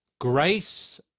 grace